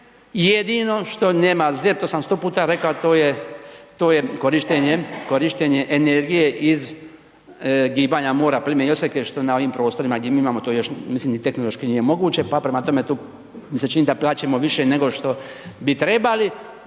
jedino što nema ZERP, to sam 100 puta rekao, a to je, to je korištenje, korištenje energije iz gibanja mora, plime i oseke što na ovim prostorima gdje mi imamo to još, mislim ni tehnološki nije moguće, pa prema tome tu mi se čini da plačemo više nego što bi trebali